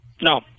No